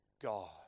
God